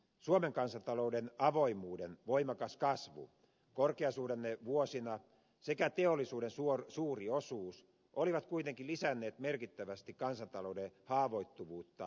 suomen kansantalouden avoimuuden voimakas kasvu korkeasuhdannevuosina sekä teollisuuden suuri osuus olivat kuitenkin lisänneet merkittävästi kansantalouden haavoittuvuutta maailmankaupan romahtaessa